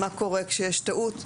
מה קורה כשיש טעות,